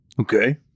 Okay